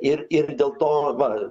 ir ir dėl to va